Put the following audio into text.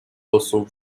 also